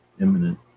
imminent